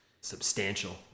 substantial